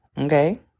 Okay